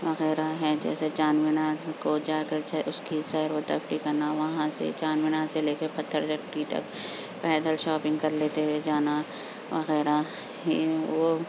وغیرہ ہیں جیسے چار مینار کو جا کر چھ اس کی سیر و تفریح کرنا وہاں سے چار مینار سے لے کے پتھر گھٹی تک پیدل شاپنگ کر لیتے ہوئے جانا وغیرہ ہیں وہ